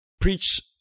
preach